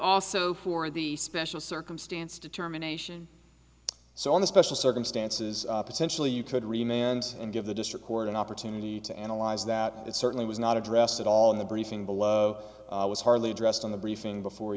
also for the special circumstance determination so on the special circumstances potentially you could remains and give the district court an opportunity to analyze that it certainly was not addressed at all in the briefing below was hardly addressed in the briefing before